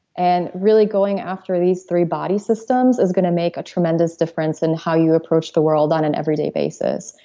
and really going after these three body systems is going to make a tremendous difference in how you approach the world on an everyday basis.